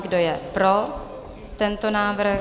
Kdo je pro tento návrh?